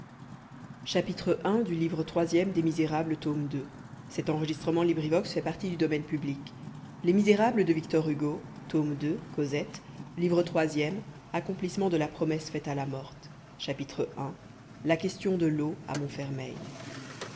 valjean livre troisième accomplissement de la promesse faite à la morte chapitre i la question de l'eau à montfermeil